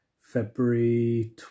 February